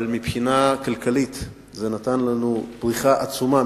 אבל מבחינה כלכלית זה נתן לנו פריחה תיירותית עצומה,